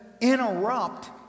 interrupt